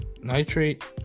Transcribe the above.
nitrate